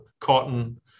cotton